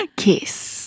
kiss